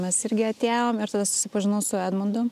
mes irgi atėjom ir tada susipažinau su edmundu